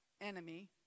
enemy